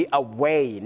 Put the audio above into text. away